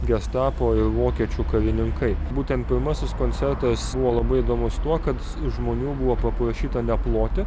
gestapo ir vokiečių karininkai būtent pirmasis koncertas buvo labai įdomus tuo kad žmonių buvo paprašyta neploti